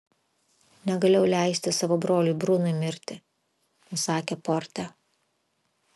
negalėjau leisti savo broliui brunui mirti pasakė porte